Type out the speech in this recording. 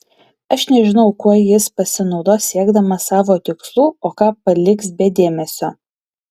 aš nežinau kuo jis pasinaudos siekdamas savo tikslų o ką paliks be dėmesio